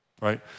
Right